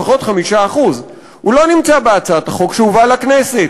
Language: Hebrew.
לפחות 5% לא נמצא בהצעת החוק שהובאה לכנסת.